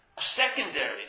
secondary